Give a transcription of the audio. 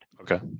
Okay